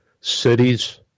Cities